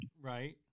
Right